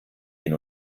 hin